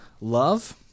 love